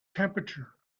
temperature